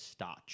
Stotch